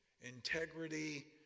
Integrity